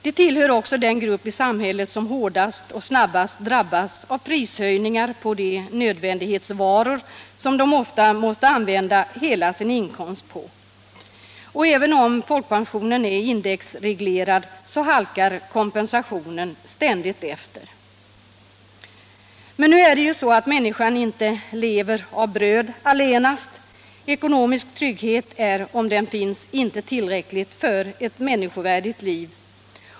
De tillhör också den grupp i samhället som hårdast och snabbast drabbas av prishöjningar på de nödvändighetsvaror som de ofta måste använda hela sin inkomst på. Även om folkpensionen är indexreglerad så halkar kompensationen ständigt efter. Men människan lever ju inte av bröd allenast. Ekonomisk trygghet är, om den finns, inte tillräcklig för ett människovärdigt liv.